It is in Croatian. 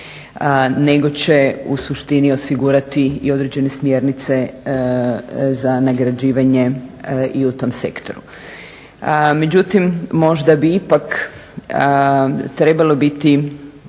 nego će u suštini osigurati i određene smjernice za nagrađivanje i u tom sektoru. Međutim, možda bi ipak trebalo imati